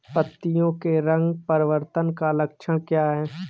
पत्तियों के रंग परिवर्तन का लक्षण क्या है?